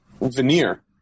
veneer